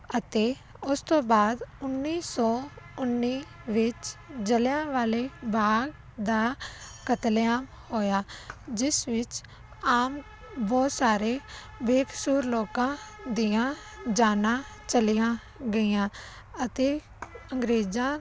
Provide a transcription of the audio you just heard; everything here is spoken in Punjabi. ਅਤੇ ਉਸ ਤੋਂ ਬਾਅਦ ਉੱਨੀ ਸੌ ਉੱਨੀ ਵਿੱਚ ਜਲ੍ਹਿਆਂਵਾਲੇ ਬਾਗ ਦਾ ਕਤਲੇਆਮ ਹੋਇਆ ਜਿਸ ਵਿੱਚ ਆਮ ਬਹੁਤ ਸਾਰੇ ਬੇਕਸੂਰ ਲੋਕਾਂ ਦੀਆਂ ਜਾਨਾਂ ਚਲੀਆਂ ਗਈਆਂ ਅਤੇ ਅੰਗਰੇਜ਼ਾਂ